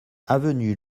avenue